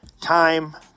time